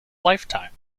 lifetime